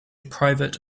private